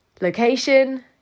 Location